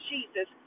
Jesus